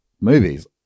movies